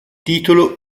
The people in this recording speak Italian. titolo